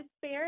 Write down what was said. fair